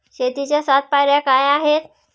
शेतीच्या सात पायऱ्या काय आहेत?